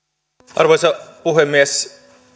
arvoisa puhemies